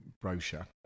brochure